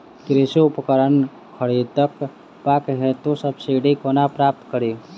कृषि उपकरण खरीदबाक हेतु सब्सिडी कोना प्राप्त कड़ी?